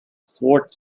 fort